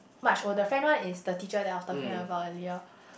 much older friend one is the teacher that I was talking about earlier